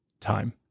time